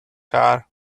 car